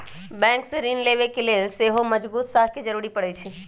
bank से ऋण लेबे के लेल सेहो मजगुत साख के जरूरी परै छइ